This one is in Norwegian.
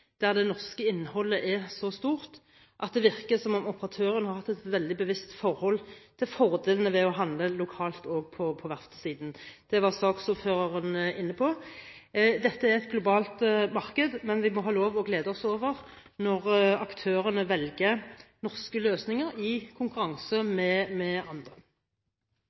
der det norske innholdet er så stort. Det virker som om operatøren har hatt et veldig bevisst forhold til fordelene ved å handle lokalt også på verftssiden. Dette var saksordføreren inne på. Dette er et globalt marked, men vi må ha lov til å glede oss over at aktørene velger norske løsninger i konkurranse med andre.